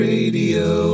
Radio